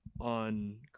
on